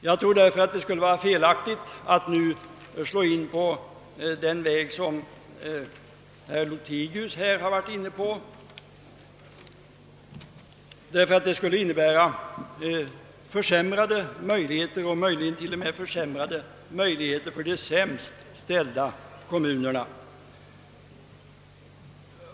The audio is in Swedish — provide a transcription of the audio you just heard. Jag tror därför att det skulle vara felaktigt att slå in på den väg som herr Lothigius förordat, ty det skulle innebära försämrade möjligheter t.o.m. för de sämst ställda kommunerna.